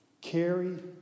Carry